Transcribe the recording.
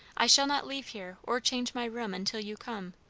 i shall not leave here or change my room until you come.